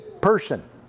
person